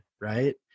Right